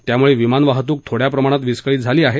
त्यामुळे विमानवाहतूक थोड्या प्रमाणात विस्कीळीत झाली आहे